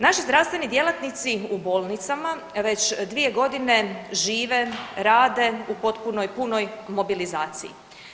Naši zdravstveni djelatnici u bolnicama već 2 godine žive, rade u potpunoj, punoj mobilizaciji.